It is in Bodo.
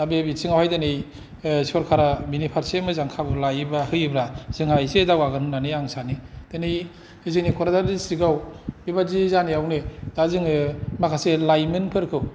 दा बे बिथिङाव हाय दिनै सरखरा एसे मोजां राहा लायोबा खाबु होयोबा जोंहा एसे दावबायगोन आं सानो दिनै जोंनि कक्राझार दिसट्रिक्ट आव बेबादि जानायावनो दा जङो माखासे लाइमोन फोरखौ